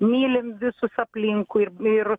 mylim visus aplinkui ir ir